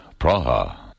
Praha